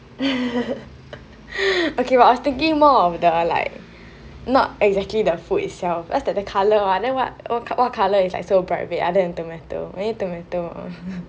okay but I was thinking more of the like not exactly the food itself just like the colour like what colour is so bright red other than tomato maybe tomato or